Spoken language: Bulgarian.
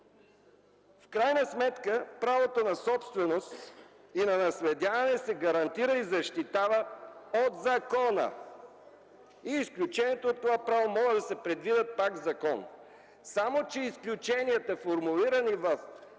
В крайна сметка, правота на собственост и на наследяване се гарантира и защитава от закона. Изключенията от това право могат да се предвидят пак в закон. Само че изключенията, формулирани в